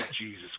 Jesus